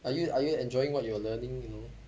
are you are you enjoying what you are learning you know